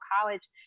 College